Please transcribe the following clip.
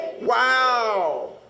Wow